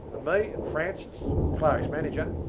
and me and francis, clarke's manager,